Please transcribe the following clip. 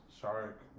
shark